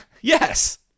Yes